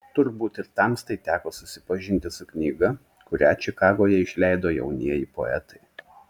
turbūt ir tamstai teko susipažinti su knyga kurią čikagoje išleido jaunieji poetai